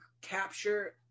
capture